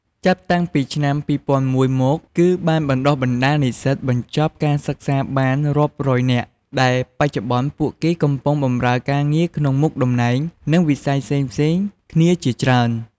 ចាប់តាំងពីឆ្នាំ២០០១ មក គឺបានបណ្ដុះបណ្ដាលនិស្សិតបញ្ចប់ការសិក្សាបាន រាប់រយនាក់ ដែលបច្ចុប្បន្នពួកគាត់កំពុងបម្រើការងារក្នុងមុខតំណែង និងវិស័យផ្សេងៗគ្នាជាច្រើន។